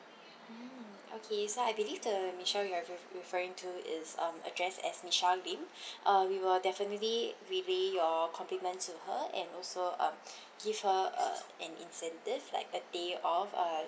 mm okay so I believe the michelle you are ref~ referring to is um addressed as michelle lim uh we will definitely relay your compliment to her and also um give her uh an incentive like a day off uh